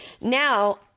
now